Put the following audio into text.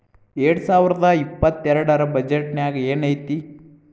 ಎರ್ಡ್ಸಾವರ್ದಾ ಇಪ್ಪತ್ತೆರ್ಡ್ ರ್ ಬಜೆಟ್ ನ್ಯಾಗ್ ಏನೈತಿ?